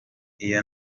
iyo